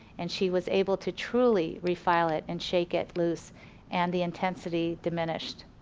and she was able to truly refile it and shake it loose and the intensity diminished.